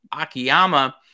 Akiyama